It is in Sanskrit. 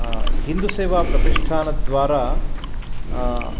हिन्दूसेवाप्रतिष्ठानद्वारा